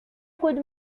could